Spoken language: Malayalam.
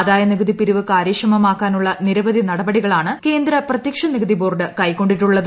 ആദായനികുതി പിരിവ് കാര്യക്ഷമമാക്കാനുള്ള നിരവധി നടപടികളാണ് കേന്ദ്ര പ്രത്യക്ഷ നികുതി ബോർഡ് കൈക്കൊണ്ടിട്ടുള്ളത്